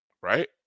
Right